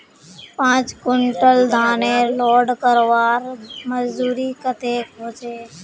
पाँच कुंटल धानेर लोड करवार मजदूरी कतेक होचए?